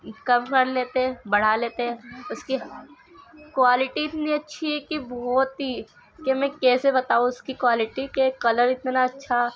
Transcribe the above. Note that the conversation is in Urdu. کم کر لیتے ہیں بڑھا لیتے ہیں اس کی کوالٹی اتنی اچھی ہے کہ بہت ہی کہ میں کیسے بتاؤں اس کی کوالٹی کہ کلر اتنا اچھا